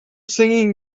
singing